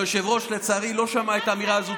היושב-ראש לצערי לא שמע את האמירה הזו.